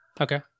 Okay